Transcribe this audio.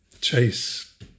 chase